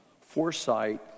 foresight